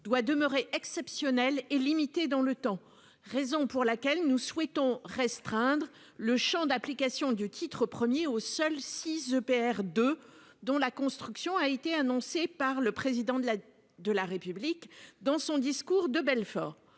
doivent demeurer exceptionnelles et limitées dans le temps, nous souhaitons restreindre le champ d'application du titre I aux seuls six EPR 2 dont la construction a été annoncée par le Président de la République dans son discours de Belfort.